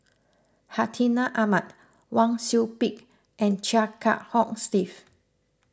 Hartinah Ahmad Wang Sui Pick and Chia Kiah Hong Steve